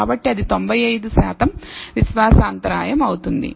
కాబట్టి అది 95 శాతం విశ్వాస అంతరాయం అవుతుంది